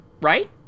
Right